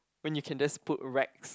when you can just put racks